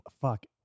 fuck